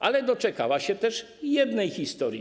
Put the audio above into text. Ale doczekała się też jednej historii.